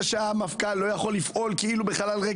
וזה שהמפכ"ל לא יכול לפעול כאילו בחלל ריק,